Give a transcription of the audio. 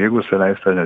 jeigu suleisit ane